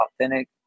authentic